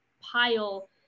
pile